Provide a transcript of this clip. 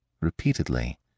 repeatedly